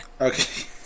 okay